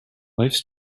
lifes